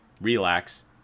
relax